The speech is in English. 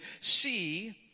see